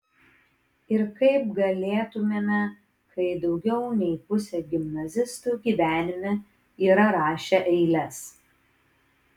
ir kaip galėtumėme kai daugiau nei pusė gimnazistų gyvenime yra rašę eiles